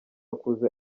akuze